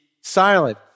silent